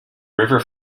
river